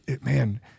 man